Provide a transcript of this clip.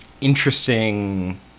interesting